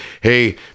Hey